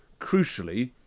crucially